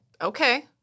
Okay